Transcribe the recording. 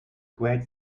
great